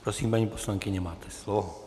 Prosím, paní poslankyně, máte slovo.